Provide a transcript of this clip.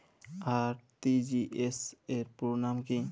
RTGS র পুরো নাম কি?